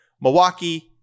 Milwaukee